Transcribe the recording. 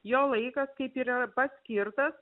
jo laikas kaip ir yra paskirtas